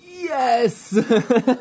Yes